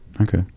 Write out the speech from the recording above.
Okay